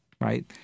right